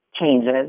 changes